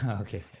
Okay